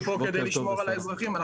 כדי לשמור על האזרחים.